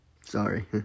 Sorry